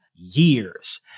years